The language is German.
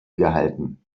gehalten